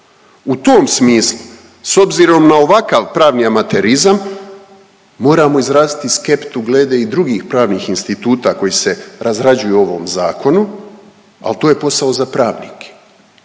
U tom smislu s obzirom na ovakav pravni amaterizam moramo izraziti skeptu glede i drugih pravnih instituta koji se razrađuju u ovom zakonu, ali to je posao za pravnike.